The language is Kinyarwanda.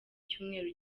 cyumweru